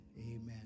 amen